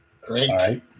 Great